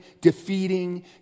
defeating